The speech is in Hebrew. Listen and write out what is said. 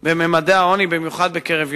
בממדי העוני, במיוחד בקרב ילדים.